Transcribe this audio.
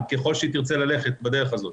ככל שהיא תרצה ללכת בדרך הזאת.